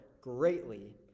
greatly